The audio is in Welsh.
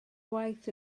waith